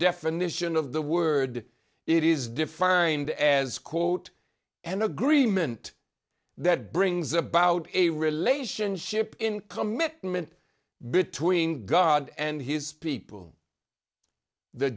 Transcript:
definition of the word it is defined as quote an agreement that brings about a relationship in commitment between god and his people the